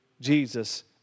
Jesus